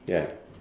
ya